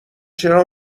چرا